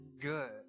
good